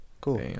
Cool